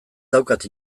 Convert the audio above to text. daukat